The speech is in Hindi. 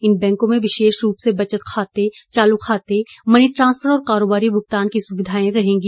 इन बैंकों में विशेष रूप से बचत खाते चालू खाते मनी ट्रांसफर और कारोबारी भुगतान की सुविधाएं रहेंगी